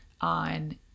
on